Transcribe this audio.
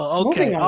okay